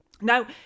Now